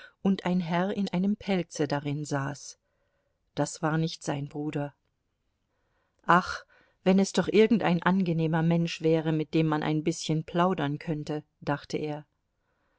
und ein herr in einem pelze darin saß das war nicht sein bruder ach wenn es doch irgendein angenehmer mensch wäre mit dem man ein bißchen plaudern könnte dachte er